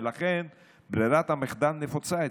ולכן ברירת המחדל נפוצה אצלם.